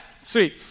Sweet